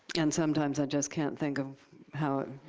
and sometimes, i just can't think of how it